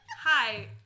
Hi